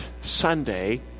Sunday